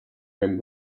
rim